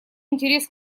интерес